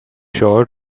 sure